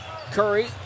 Curry